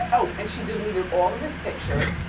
oh, and she deleted all of his pictures,